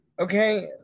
okay